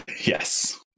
Yes